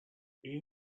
این